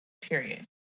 Period